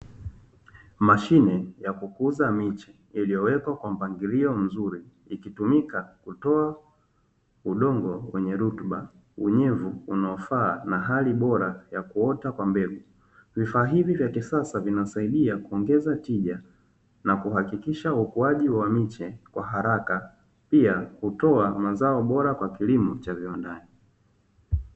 Mashine ya kukuza miche iliyowekwa kwa mpangilio mzuri ikitumika kutoa udongo wenye rutuba, unyevu unaofaa na hali bora ya kuota kwa mbegu. Vifaa hivi vya kisasa vinasaidia kuongeza tija na kuhakikisha ukuaji wa miche kwa haraka pia hutoa mazao bora kwa kilimo cha viwandani.